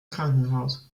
krankenhaus